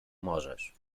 możesz